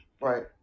right